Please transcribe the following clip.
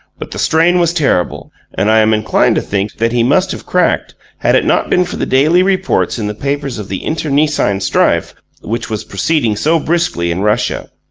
but the strain was terrible and i am inclined to think that he must have cracked, had it not been for the daily reports in the papers of the internecine strife which was proceeding so briskly in russia.